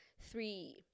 three